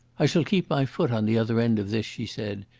i shall keep my foot on the other end of this, she said,